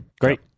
Great